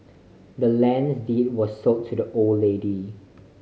the land's deed was sold to the old lady